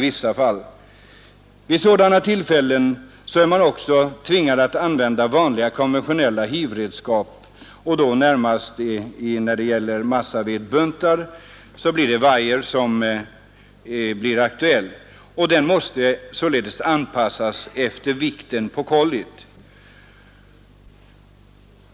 Vid sådana tillfällen måste man också använda vanliga konventionella hivredskap, då närmast wirar för massavedsbuntar som måste anpassas efter vikten på kollit.